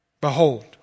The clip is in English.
Behold